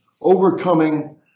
Overcoming